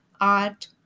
art